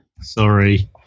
Sorry